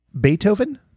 Beethoven